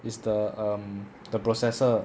is the um the processor